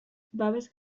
babes